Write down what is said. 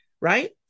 right